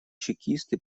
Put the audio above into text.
чекисты